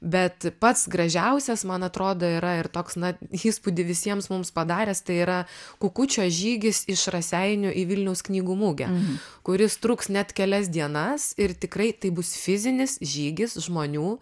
bet pats gražiausias man atrodo yra ir toks na įspūdį visiems mums padaręs tai yra kukučio žygis iš raseinių į vilniaus knygų mugę kuris truks net kelias dienas ir tikrai tai bus fizinis žygis žmonių